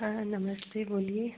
हाँ नमस्ते बोलिए